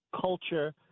culture